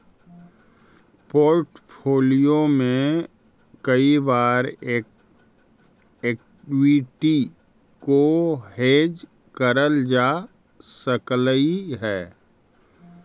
portfolio में कई बार एक्विटी को हेज करल जा सकलई हे